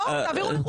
בואו, תעבירו לחוקה.